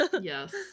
Yes